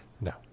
No